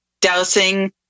dousing